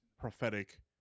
prophetic